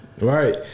Right